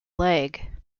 leg